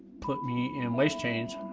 put me in waist chains